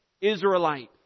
Israelite